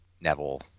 Neville